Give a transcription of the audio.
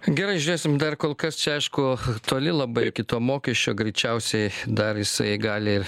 gerai žiūrėsim dar kol kas čia aišku toli labai iki to mokesčio greičiausiai dar jisai gali